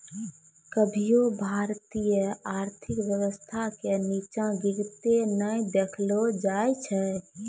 कभियो भारतीय आर्थिक व्यवस्था के नींचा गिरते नै देखलो जाय छै